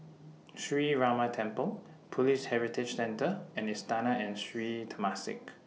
Sree Ramar Temple Police Heritage Centre and Istana and Sri Temasek